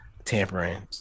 Tampering